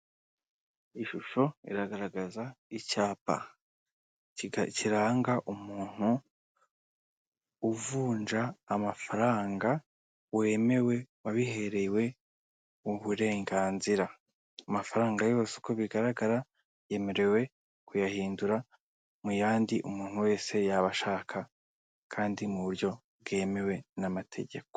Ishusho iragaragaza icyapa, kiranga umuntu uvunja amafaranga wemewe wabiherewe uburenganzira, amafaranga yose uko bigaragara yemerewe kuyahindura mu yandi umuntu wese yaba ashaka, kandi mu buryo bwemewe n'amategeko.